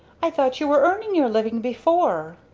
i thought you were earning your living before!